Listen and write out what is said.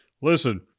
Listen